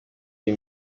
iyi